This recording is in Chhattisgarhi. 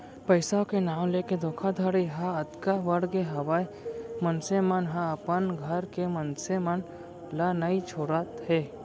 पइसा के नांव लेके धोखाघड़ी ह अतका बड़गे हावय मनसे मन ह अपन घर के मनसे मन ल नइ छोड़त हे